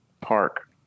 park